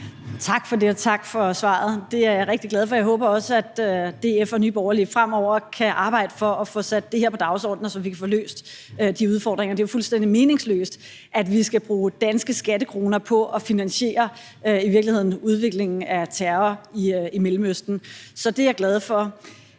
Vermund (NB): Tak for svaret. Det er jeg rigtig glad for. Jeg håber også, at DF og Nye Borgerlige fremover kan arbejde for at få sat det her på dagsordenen, så vi kan få løst de udfordringer. Det er jo fuldstændig meningsløst, at vi skal bruge danske skattekroner på i virkeligheden at finansiere udviklingen af terror i Mellemøsten. Så det er jeg glad for.